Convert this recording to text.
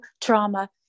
trauma